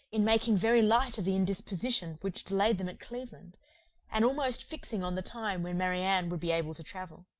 in making very light of the indisposition which delayed them at cleveland and almost fixing on the time when marianne would be able to travel.